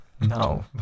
no